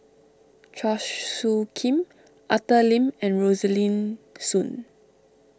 Chua Soo Khim Arthur Lim and Rosaline Soon